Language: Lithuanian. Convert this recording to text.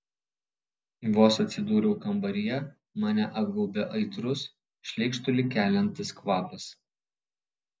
vos atsidūriau kambaryje mane apgaubė aitrus šleikštulį keliantis kvapas